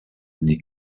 die